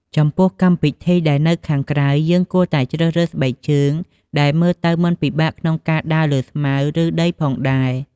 ចំពោះកម្មពិធីដែលនៅខាងក្រៅ យើងគួរតែជ្រើសរើសស្បែកជើងដែលមើលទៅមិនពិបាកកក្នុងការដើរលើស្មៅ ឬដីផងដែរ។